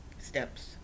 steps